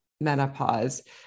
menopause